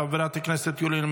חברת הכנסת יוליה מלינובסקי,